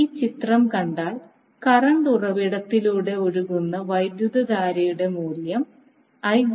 ഈ ചിത്രം കണ്ടാൽ കറണ്ട് ഉറവിടത്തിലൂടെ ഒഴുകുന്ന വൈദ്യുതധാരയുടെ മൂല്യം I0 0